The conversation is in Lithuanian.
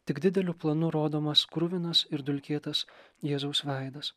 tik dideliu planu rodomas kruvinas ir dulkėtas jėzaus veidas